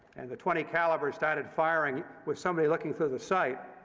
and the twenty caliber started firing with somebody looking through the site,